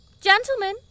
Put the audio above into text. gentlemen